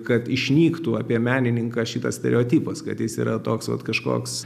kad išnyktų apie menininką šitas stereotipas kad jis yra toks vat kažkoks